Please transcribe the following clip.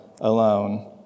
alone